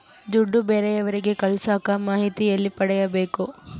ದುಡ್ಡು ಬೇರೆಯವರಿಗೆ ಕಳಸಾಕ ಮಾಹಿತಿ ಎಲ್ಲಿ ಪಡೆಯಬೇಕು?